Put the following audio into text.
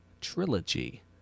Trilogy